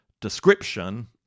description